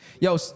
Yo